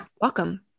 welcome